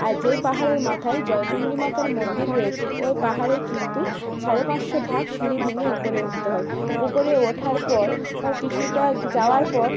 আর যেই পাহাড়ের মাথায় জয়চণ্ডী মাতার মন্দির রয়েছে ওই পাহাড়েই কিন্তু সাড়ে পাঁচশো ধাপ সিঁড়ি ভেঙে ওপরে উঠতে হয় ওপরে ওঠার পর কিছুটা যাওয়ার পর